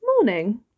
Morning